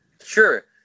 Sure